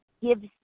gives